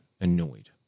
annoyed